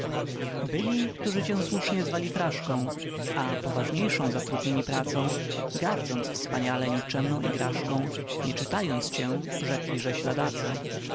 byli którzy cię słusznie zwali fraszką a poważniejszą zatrudnieni pracą gardząc wspaniale nikczemną igraszką nie czytając cię rzekli żeś ladaco